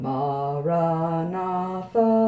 Maranatha